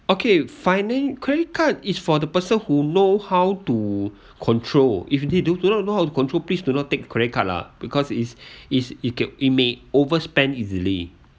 okay finding credit card is for the person who know how to control if they do not know how to control please do not take credit card lah because is is it can it may overspent easily